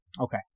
Okay